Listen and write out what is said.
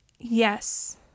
Yes